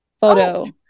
photo